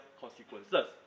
consequences